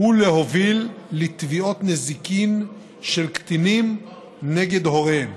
ולהוביל לתביעות נזיקין של קטינים נגד הוריהם.